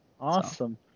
awesome